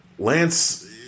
Lance